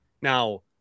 Now